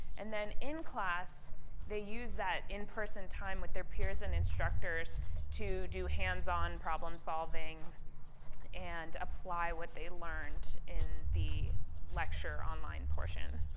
and then in class they use that in-person time with their peers and instructors to do hands-on problem-solving and apply what they learned in the lecture online portion.